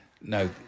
no